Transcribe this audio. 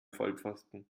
vollpfosten